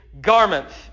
garments